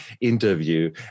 interview